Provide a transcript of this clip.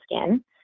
skin